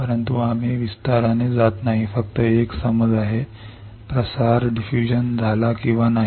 परंतु आम्ही विस्ताराने जात नाही की फक्त एक समज आहे की जर प्रसार झाला किंवा नाही